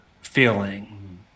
feeling